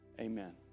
amen